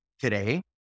today